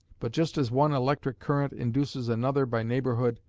but just as one electric current induces another by neighbourhood,